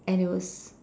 and it was